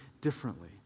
differently